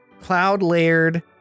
cloud-layered